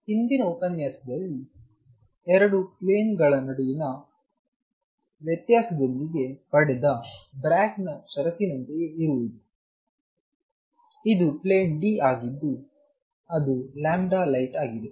ಹಿಂದಿನ ಉಪನ್ಯಾಸದಲ್ಲಿ 2 ಪ್ಲೇನ್ಗಳ ನಡುವಿನ ವ್ಯತ್ಯಾಸದೊಂದಿಗೆ ಪಡೆದ ಬ್ರಾಗ್ಸ್ನ ಷರತ್ತಿನಂತೆಯೇ ಇರುವುದು ಇದು ಪ್ಲೇನ್ D ಆಗಿದ್ದು ಅದು light2ಆಗಿದೆ